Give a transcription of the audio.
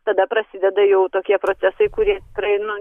tada prasideda jau tokie procesai kurie tikrai nu